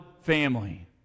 family